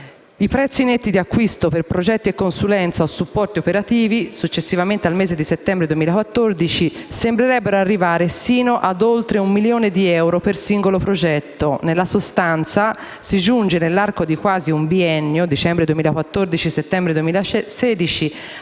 i prezzi netti di acquisto per progetti o consulenza o supporti operativi - successivamente al mese di settembre 2014, sembrerebbero arrivare sino ad oltre un milione di euro per singolo progetto. Nella sostanza, si giunge nell'arco di quasi un biennio (dicembre 2014-settembre 2016)